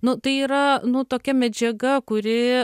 nu tai yra nu tokia medžiaga kuri